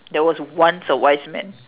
there was once a wise man